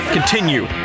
Continue